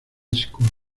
school